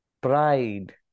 pride